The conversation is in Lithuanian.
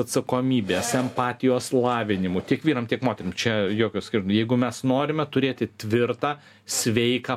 atsakomybės empatijos lavinimu tiek vyram tiek moterim čia jokio jeigu mes norime turėti tvirtą sveiką